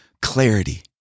clarity